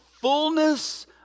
fullness